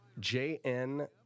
JN